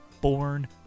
Born